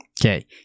Okay